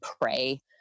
pray